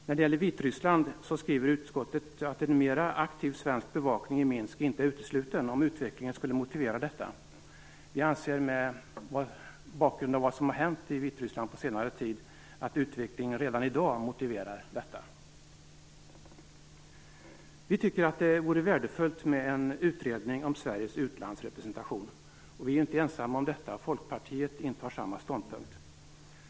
När det gäller Vitryssland skriver utskottet att en mera aktiv svensk bevakning i Minsk inte är utesluten om utvecklingen skulle motivera detta. Vi anser mot bakgrund av vad som har hänt i Vitryssland på senare tid att utvecklingen redan i dag motiverar detta. Vi tycker att det vore värdefullt med en utredning om Sveriges utlandsrepresentation. Vi är inte ensamma om detta. Folkpartiet intar samma ståndpunkt.